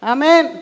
Amen